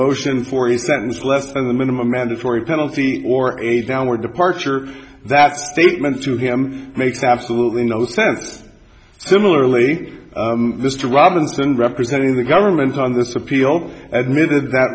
motion for his that is less than the minimum mandatory penalty or a downward departure that statement to him makes absolutely no sense similarly this to robinson representing the government on this appeal admitted that